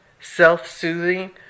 self-soothing